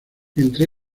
entre